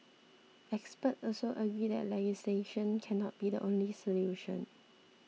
expert also agree that legislation cannot be the only solution